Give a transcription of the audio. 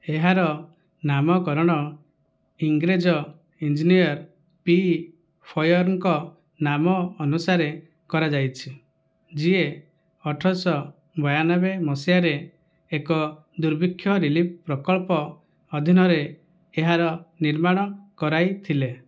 ଏହାର ନାମକରଣ ଇଂରେଜ ଇଞ୍ଜିନିୟର୍ ପି ଫୟଙ୍କ ନାମ ଅନୁସାରେ କରାଯାଇଛି ଯିଏ ଅଠରଶହ ବୟନବେ ମସିହାରେ ଏକ ଦୁର୍ଭିକ୍ଷ ରିଲିଫ୍ ପ୍ରକଳ୍ପ ଅଧୀନରେ ଏହାର ନିର୍ମାଣ କରାଇଥିଲେ